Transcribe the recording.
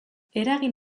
eragin